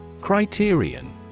Criterion